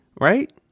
right